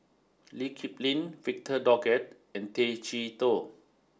Lee Kip Lin Victor Doggett and Tay Chee Toh